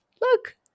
Look